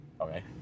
Okay